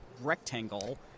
rectangle